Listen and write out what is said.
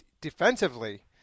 Defensively